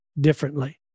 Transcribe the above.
differently